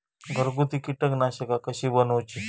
घरगुती कीटकनाशका कशी बनवूची?